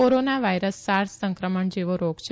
corona virus SARS સંક્રમણ જેવો રોગ છે